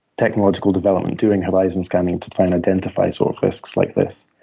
technological development, doing horizon scanning to try and identify sort of risks like this.